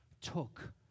took